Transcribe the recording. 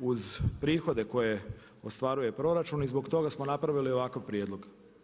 uz prihode koje ostvaruje proračun i zbog toga smo napravili ovaj prijedlog.